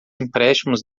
empréstimos